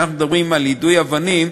כשאנחנו מדברים על יידוי אבנים,